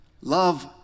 Love